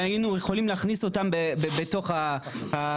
והיינו יכולים להכניס אותם בתוך הרפורמה.